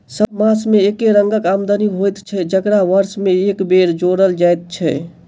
सभ मास मे एके रंगक आमदनी नै होइत छै जकरा वर्ष मे एक बेर जोड़ल जाइत छै